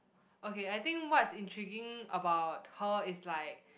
okay I think what's intriguing about her is like